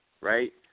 right